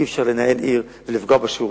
אי-אפשר לנהל עיר ולפגוע בשירותים,